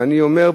ואני אומר,